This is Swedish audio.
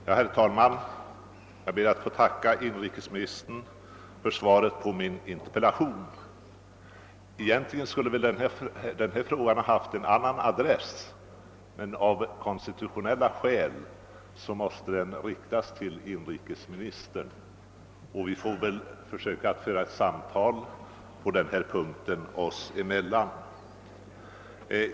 Herr talman! Jag ber att få tacka inrikesministern för svaret på min interpellation. Egentligen skulle den ha haft en annan adress, men av konstitutionella skäl måste den riktas till inrikesministern; vi får väl försöka föra ett samtal på denna punkt oss emellan.